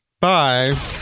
Bye